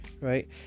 right